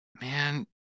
man